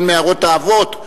בין מערות האבות?